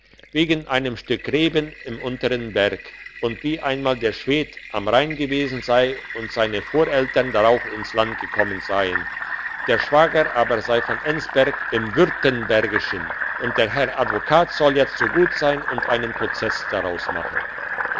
wegen einem stück reben im untern berg und wie einmal der schwed am rhein gewesen sei und seine voreltern drauf ins land gekommen seien der schwager aber sei von enzberg im württembergischen und der herr advokat soll jetzt so gut sein und einen prozess daraus machen